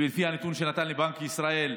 לפי הנתון שנתן לי בנק ישראל,